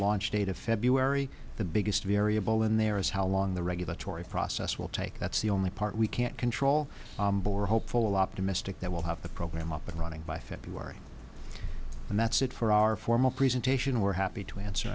launch date of february the biggest variable in there is how long the regulatory process will take that's the only part we can't control or hopeful optimistic that we'll have the program up and running by february and that's it for our formal presentation we're happy to answer